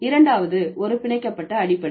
இரண்டாவது ஒரு பிணைக்கப்பட்ட அடிப்படை